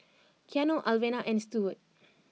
Keanu Alvena and Stewart